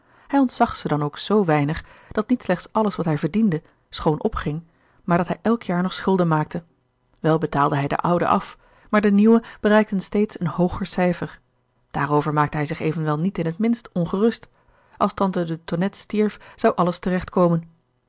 hij ontzag ze dan ook zoo weinig dat niet slechts alles wat hij verdiende schoon opging maar dat hij elk jaar nog schulden maakte wel betaalde hij de oude af maar de nieuwe bereikten steeds een hooger cijfer daarover maakte hij zich evenwel niet in het minst ongerust als tante de tonnette stierf zou alles